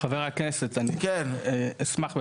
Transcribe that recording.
אבי, תהיה